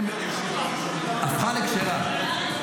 הפכה לכשרה.